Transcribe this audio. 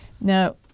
now